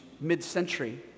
mid-century